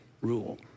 rule